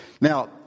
Now